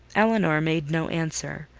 elinor made no answer.